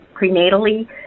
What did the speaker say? prenatally